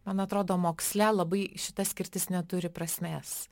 man atrodo moksle labai šita skirtis neturi prasmės